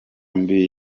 mbi